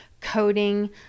coding